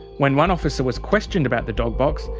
when one officer was questioned about the dog box,